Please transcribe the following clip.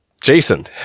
Jason